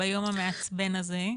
ביום המעצבן הזה.